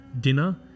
dinner